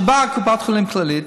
כשבאה קופת חולים כללית,